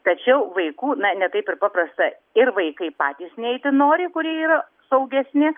tačiau vaikų na ne taip ir paprasta ir vaikai patys neiti nori kurie yra saugesni